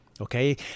Okay